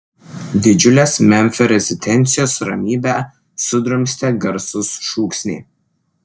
didžiulės memfio rezidencijos ramybę sudrumstė garsūs šūksniai